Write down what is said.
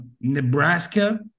Nebraska